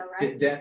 right